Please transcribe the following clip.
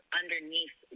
underneath